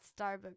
Starbucks